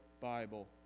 Bible